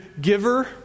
giver